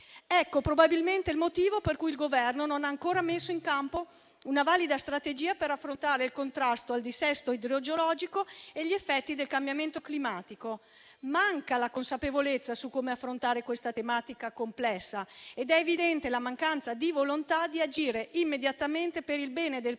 Ecco probabilmente il motivo per cui il Governo non ha ancora messo in campo una valida strategia per affrontare il contrasto al dissesto idrogeologico e agli effetti del cambiamento climatico. Manca la consapevolezza su come affrontare questa tematica complessa ed è evidente la mancanza di volontà di agire immediatamente per il bene del Paese